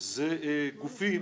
זה גופים